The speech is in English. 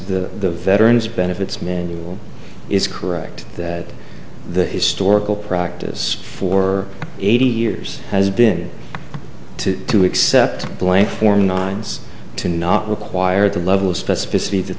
the veterans benefits manual is correct that the historical practice for eighty years has been to do except blank form nine's to not require the level of specificity that